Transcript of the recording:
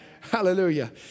Hallelujah